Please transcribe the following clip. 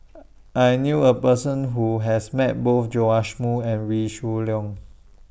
I knew A Person Who has Met Both Joash Moo and Wee Shoo Leong